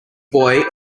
boy